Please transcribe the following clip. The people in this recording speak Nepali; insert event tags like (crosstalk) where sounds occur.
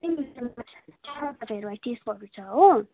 (unintelligible) हो